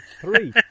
three